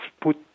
put